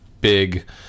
big